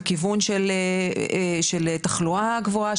לכיוון של תחלואה גבוהה,